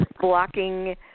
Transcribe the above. blocking